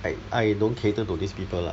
I I don't cater to these people lah